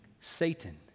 Satan